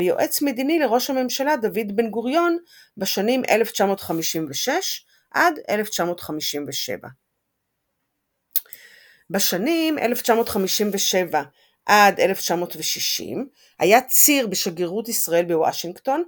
ויועץ מדיני לראש הממשלה דוד בן-גוריון בשנים 1956 עד 1957. בשנים 1957 עד 1960 היה ציר בשגרירות ישראל בוושינגטון,